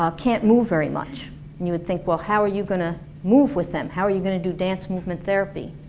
ah can't move very much and you would think well how are you gonna move with them? how are you gonna do dance movement therapy?